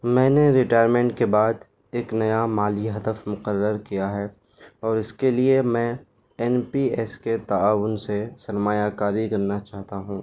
میں نے ریٹائرمنٹ کے بعد ایک نیا مالی ہدف مقرر کیا ہے اور اس کے لیے میں این پی ایس کے تعاون سے سرمایہ کاری کرنا چاہتا ہوں